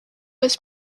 was